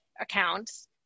accounts